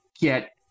get